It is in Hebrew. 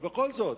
אבל בכל זאת,